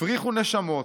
הפריחו נשמות,